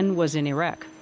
and was in iraq.